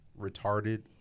retarded